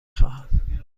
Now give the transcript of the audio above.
خواهم